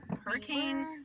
Hurricane